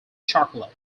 chocolate